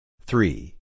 Three